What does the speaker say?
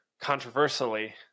controversially